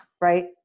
Right